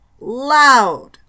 loud